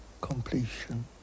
completion